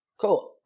cool